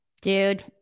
Dude